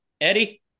Eddie